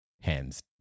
hands